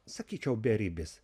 sakyčiau beribis